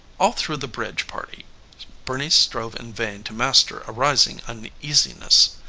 all through the bridge party bernice strove in vain to master a rising uneasiness.